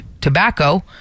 tobacco